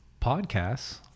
podcasts